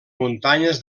muntanyes